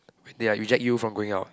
they are reject you from going out